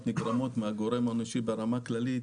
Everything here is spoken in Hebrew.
נגרמות בגלל הגורם האנושי ברמה הכללית,